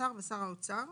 ושר האוצר".